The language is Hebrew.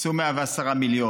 הוקצו 110 מיליון.